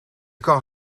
kan